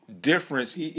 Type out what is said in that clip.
difference